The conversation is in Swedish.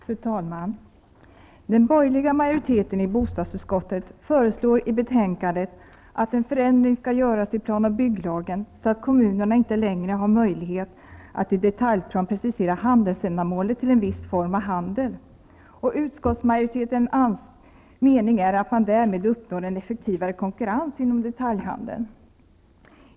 Fru talman! Den borgerliga majoriteten i bostadsutskottet föreslår att en förändring skall göras i PBL, så att kommunerna inte längre har möjlighet att i detaljplan precisera handelsändamålet till en viss form av handel. Utskottsmajoritetens mening är att man därmed uppnår en effektivare konkurrens inom detaljhandeln.